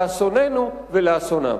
לאסוננו ולאסונם.